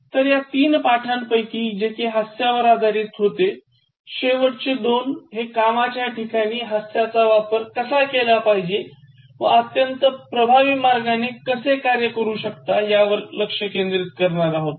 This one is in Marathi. तर या तीन पाठांपैकी जे कि हास्यवर आधारित होते शेवटचे दोन हे कामाच्या ठिकाणी हास्याचा वापर कसा केला पाहिजे व अत्यंत प्रभावी मार्गाने कसे कार्य करू शकता यावर लक्ष केंद्रित करणारे होते